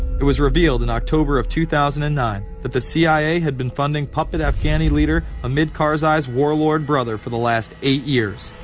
it was revealed in october of two thousand and nine that the cia had been funding puppet afghani leader hamid karzai's warlord brother for the last eight years.